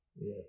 Yes